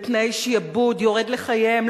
בתנאי שעבוד, יורד לחייהם.